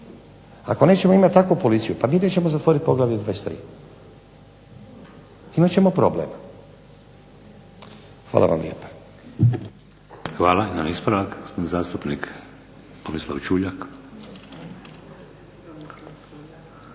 ako nećemo imati takvu policiju pa mi nećemo zatvoriti Poglavlje 23. Imat ćemo problem. Hvala vam lijepa. **Šeks, Vladimir (HDZ)** Hvala.